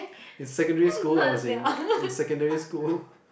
in secondary school I was in in secondary school